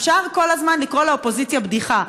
אפשר כל הזמן לקרוא לאופוזיציה בדיחה: